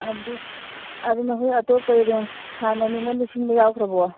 ꯑꯗꯨ ꯑꯗꯨꯅ ꯍꯣꯏ ꯑꯇꯣꯞꯄ ꯑꯦꯔꯦꯟꯖ ꯍꯥꯟꯅ ꯃꯤꯉꯣꯟꯗ ꯁꯤꯡꯕ ꯌꯥꯎꯈ꯭ꯔꯕꯣ